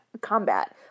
combat